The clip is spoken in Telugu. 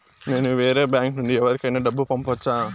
నేను వేరే బ్యాంకు నుండి ఎవరికైనా డబ్బు పంపొచ్చా?